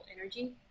energy